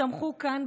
שצמחו כאן,